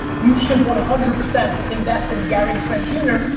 you should want a hundred percent invest in gary trent jr.